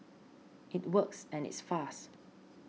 it works and it's fast